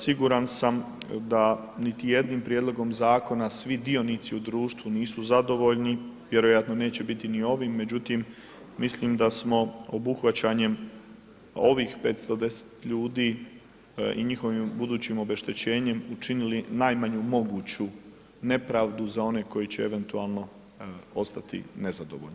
Siguran sam da niti jednim prijedlogom zakona svi dionici u društvu nisu zadovoljni, vjerojatno neće biti ni ovim, međutim mislim da smo obuhvaćanjem ovih 510 ljudi i njihovim budućim obeštećenjem učinili najmanju moguću nepravdu za one koji će eventualno ostati nezadovoljni.